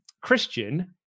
Christian